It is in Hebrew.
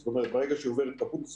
זאת אומרת ברגע שהוא עובר את הכמות,